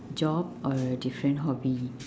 job or a different hobby